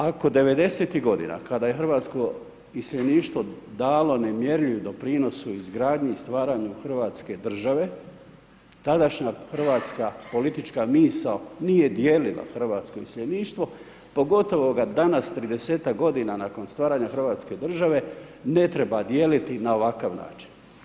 Ako '90. godina, kada je hrvatsko iseljeništvo dalo nemjerljiv doprinos u izgradnji i stvaranju Hrvatske države, tadašnja hrvatska politička misao, nije dijelila hrvatsko iseljeništvo, pogotovo danas, nakon 30-tak godina, nakon stvaranje Hrvatske države, ne treba dijeliti na ovakav način.